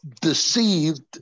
deceived